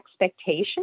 expectation